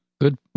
Good